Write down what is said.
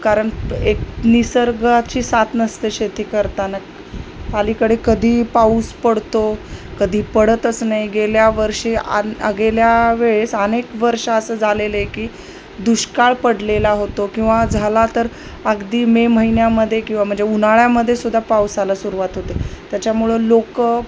कारण एक निसर्गाची सात नसते शेती करताना आलीकडे कधीही पाऊस पडतो कधी पडतच नाही गेल्या वर्षी आणि गेल्या वेळेस अनेक वर्ष असं झालेले की दुष्काळ पडलेला होतो किंवा झाला तर अगदी मे महिन्यामध्ये किंवा म्हणजे उन्हाळ्यामध्येसुद्धा पावसाला सुरुवात होते त्याच्यामुळं लोकं